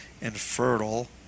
infertile